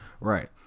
Right